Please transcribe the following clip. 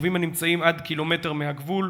יישובים שנמצאים עד קילומטר מהגבול.